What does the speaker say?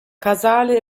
casale